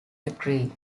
decree